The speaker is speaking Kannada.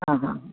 ಹಾಂ ಹಾಂ